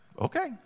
Okay